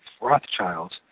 Rothschilds